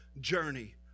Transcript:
journey